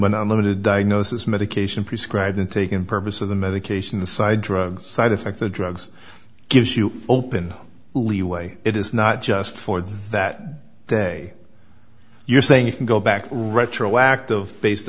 unlimited diagnosis medication prescribed and taken purpose of the medication the side drug side effects the drugs gives you open leeway it is not just for that day you're saying you can go back retroactive based